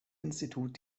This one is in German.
institut